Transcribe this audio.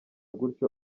gutyo